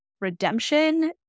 redemption